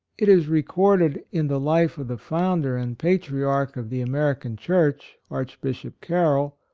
it is recorded in the life of the founder and patri arch of the american church, arch bishop carroll,